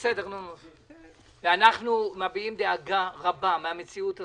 אנחנו מביעים דאגה רבה מהמציאות הזו,